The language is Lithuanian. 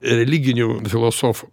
religinių filosofų